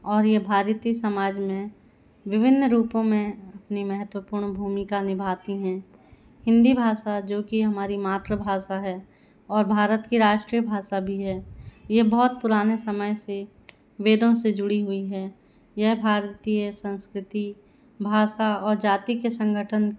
और ये भारतीय समाज में विभिन्न रूपों में अपनी महत्वपूर्ण भूमिका निभाती हैं हिंदी भाषा जो की हमारी मातृभाषा है और भारत की राष्ट्रीय भाषा भी है यह बहुत पुराने समय से वेदों से जुड़ी हुई हैं यह भारतीय संस्कृति भाषा और जाति के संगठन